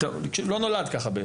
הוא לא נולד ככה,